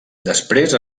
després